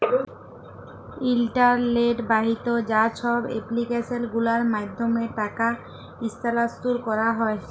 ইলটারলেট বাহিত যা ছব এপ্লিক্যাসল গুলার মাধ্যমে টাকা ইস্থালাল্তর ক্যারা হ্যয়